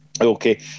Okay